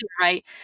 right